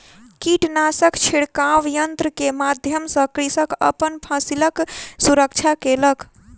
कीटनाशक छिड़काव यन्त्र के माध्यम सॅ कृषक अपन फसिलक सुरक्षा केलक